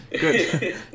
Good